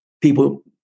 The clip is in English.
people